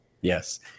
Yes